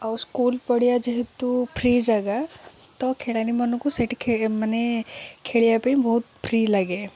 ଆଉ ସ୍କୁଲ୍ ପଡ଼ିଆ ଯେହେତୁ ଫ୍ରୀ ଜାଗା ତ ଖେଳାଳୀମାନାନଙ୍କୁ ସେଠି ମାନେ ଖେଳିବା ପାଇଁ ବହୁତ ଫ୍ରୀ ଲାଗେ